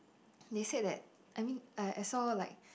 they said that I mean I I saw like